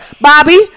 Bobby